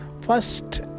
first